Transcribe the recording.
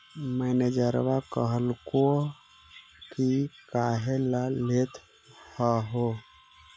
मैनेजरवा कहलको कि काहेला लेथ हहो?